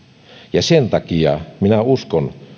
ja sen takia minä uskon